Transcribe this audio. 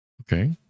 Okay